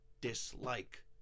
dislike